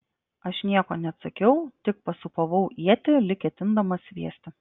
aš nieko neatsakiau tik pasūpavau ietį lyg ketindamas sviesti